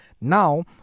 now